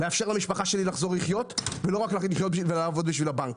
לאפשר למשפחה שלי לחזור לחיות ולא רק לעבוד בשביל הבנק